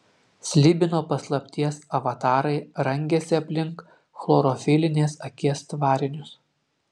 slibino paslapties avatarai rangėsi aplink chlorofilinės akies tvarinius